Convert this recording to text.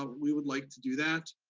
ah we would like to do that.